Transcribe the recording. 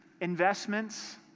investments